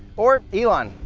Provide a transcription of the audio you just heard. or, elon,